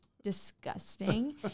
disgusting